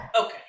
okay